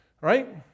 right